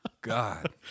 God